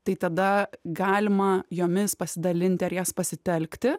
tai tada galima jomis pasidalinti ar jas pasitelkti